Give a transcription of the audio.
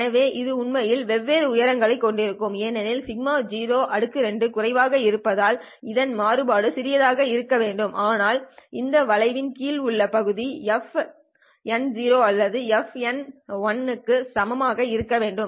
எனவே இது உண்மையில் வெவ்வேறு உயரங்களைக் கொண்டுள்ளது ஏனெனில் σ02 குறைவாக இருப்பதால் அதன் மாறுபாடு சிறியதாக இருக்க வேண்டும் ஆனால் இந்த வளைவின் கீழ் உள்ள பகுதி f அல்லது f க்கு சமமாக இருக்க வேண்டும்